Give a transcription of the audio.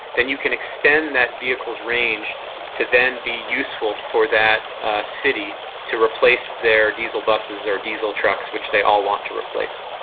then you can extend that vehicle's range to then be useful for that ah city to replace their diesel buses or diesel trucks, which they all want to replace.